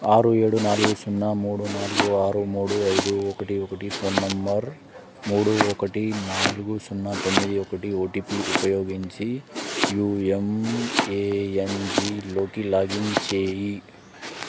ఆరు ఏడు నాలుగు సున్నా మూడు నాలుగు ఆరు మూడు ఐదు ఒకటి ఒకటి ఫోన్ నంబర్ మూడు ఒకటి నాలుగు సున్నా తొమ్మిది ఒకటి ఓటీపీ ఉపయోగించి యూఎంఏఎన్జీ లోకి లాగిన్ చేయి